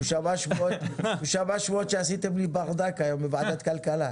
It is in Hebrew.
הוא שמע שמועות שעשיתם לי היום ברדק בוועדת הכלכלה.